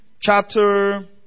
chapter